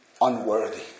unworthy